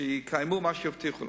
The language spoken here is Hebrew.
שיקיימו מה שהבטיחו לנו,